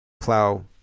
plow